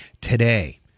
Today